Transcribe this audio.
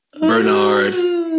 Bernard